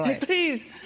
please